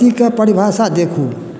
गलतीके परिभाषा देखु